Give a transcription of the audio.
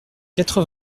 quatre